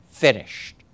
finished